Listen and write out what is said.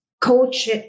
coach